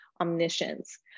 omniscience